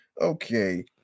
okay